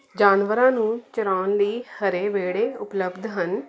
ਜਾਨਵਰਾਂ ਨੂੰ ਚਰਾਉਣ ਲਈ ਹਰੇ ਵਿਹੜੇ ਉਪਲਬਧ ਹਨ